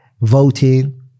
Voting